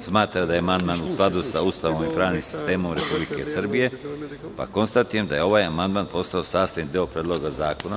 smatra da je amandman u skladu sa Ustavom i pravnim sistemom Republike Srbije, pa konstatujem da je ovaj amandman postao sastavni deo Predloga zakona.